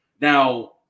Now